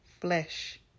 flesh